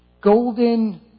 golden